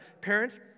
Parents